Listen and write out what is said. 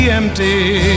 empty